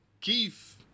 Keith